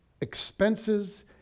expenses